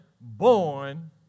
born